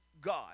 God